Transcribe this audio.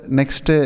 next